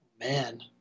man